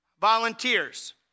volunteers